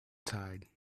tide